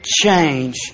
Change